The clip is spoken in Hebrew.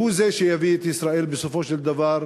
והוא שיביא את ישראל בסופו של דבר